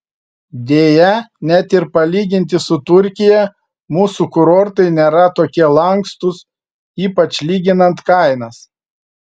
deja net ir palyginti su turkija mūsų kurortai nėra tokie lankstūs ypač lyginant kainas